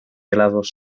helados